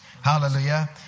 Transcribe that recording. Hallelujah